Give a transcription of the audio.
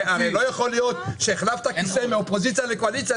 הרי לא יכול להיות שהחלפת כיסא מהאופוזיציה לקואליציה,